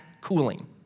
cooling